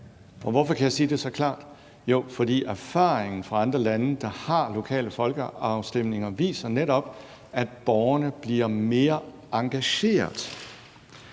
Hvorfor kan jeg sige det så klart? Fordi erfaringen fra andre lande, der har lokale folkeafstemninger, netop viser, at borgerne bliver mere engagerede.